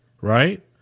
right